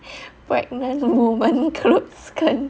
pregnant woman clothies 跟